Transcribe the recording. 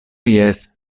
jes